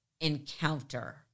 encounter